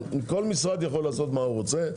כל משרד יכול לעשות מה הוא רוצה.